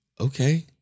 Okay